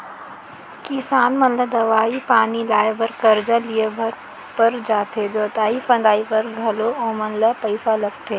किसान मन ला दवई पानी लाए बर करजा लिए बर पर जाथे जोतई फंदई बर घलौ ओमन ल पइसा लगथे